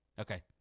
Okay